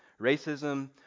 racism